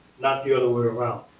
not the other way around.